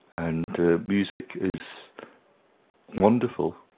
and music is wonderful.